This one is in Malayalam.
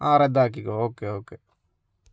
ആ റദ്ദാക്കിക്കോ ഓക്കെ ഓക്കെ